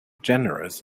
generous